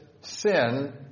sin